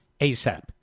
ASAP